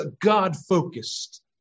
God-focused